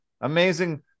amazing